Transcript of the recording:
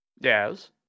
Yes